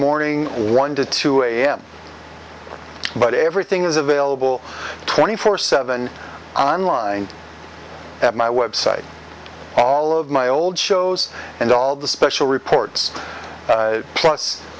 morning one to two am but everything is available twenty four seven on line at my website all of my old shows and all the special reports plus